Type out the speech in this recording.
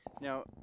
Now